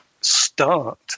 start